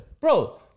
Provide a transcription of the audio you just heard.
Bro